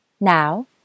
Now